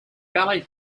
ballet